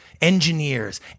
Engineers